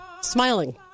smiling